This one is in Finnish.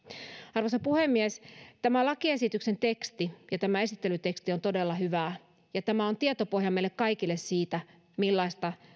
arvoisa puhemies tämä lakiesityksen teksti ja tämä esittelyteksti ovat todella hyviä ja tämä on meille kaikille tietopohja siitä millaista